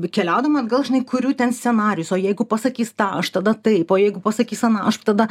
keliaudama atgal žinai kuriu ten scenarijus o jeigu pasakys tą aš tada taip o jeigu pasakys aną aš tada